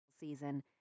season